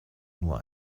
nur